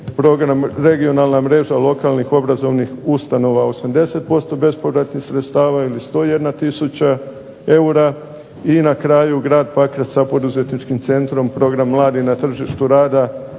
program regionalna mreža lokalnih obrazovnih ustanova 80% bespovratnih sredstava ili 101 tisuća eura. I na kraju grad Pakrac sa poduzetničkim centrom program mladi na tržištu rada